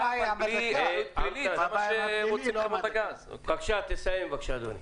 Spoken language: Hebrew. תסיים בבקשה, אדוני.